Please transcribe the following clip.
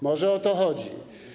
Może o to chodzi.